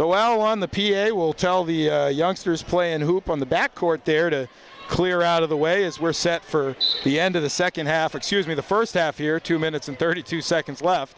al on the p a will tell the youngsters play and hoop on the back court there to clear out of the way as we're set for the end of the second half excuse me the first half here two minutes and thirty two seconds left